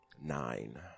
nine